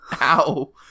Ow